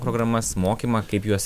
programas mokymą kaip juos